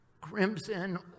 Crimson